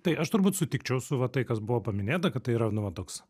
tai aš turbūt sutikčiau su va tai kas buvo paminėta kad tai yra nu va toks